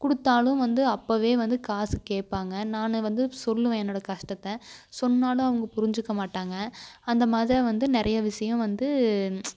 கொடுத்தாலும் வந்து அப்பயே வந்து காசு கேட்பாங்க நானும் வந்து சொல்வேன் என்னோட கஷ்டத்தை சொன்னாலும் அவங்க புரிஞ்சுக்க மாட்டாங்க அந்த மாதிரி வந்து நிறைய விஷயம் வந்து